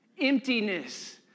emptiness